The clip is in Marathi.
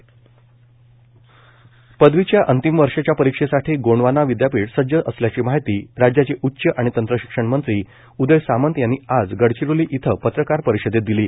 गोंडवाना विदयापीठ गडचिरोली पदवीच्या अंतिम वर्षाच्या परिक्षेसाठी गोंडवाना विदयापीठ सज्ज असल्याची माहिती राज्याचे उच्च आणि तंत्रशिक्षण मंत्री उदय सामंत यांनी आज गडचिरोली येथे पत्रकार परिषदेत दिली